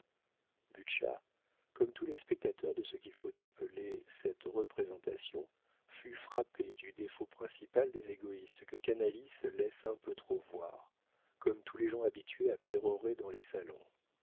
comme tous les spectateurs de ce qu'il faut appeler cette représentation fut frappé du défaut principal des égoïstes que canalis laisse un peu trop voir comme tous les gens habitués à pérorer dans les salons